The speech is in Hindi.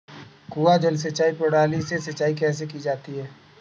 कुआँ जल सिंचाई प्रणाली से सिंचाई कैसे की जाती है?